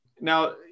Now